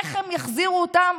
איך הם יחזירו אותן?